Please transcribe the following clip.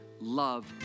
love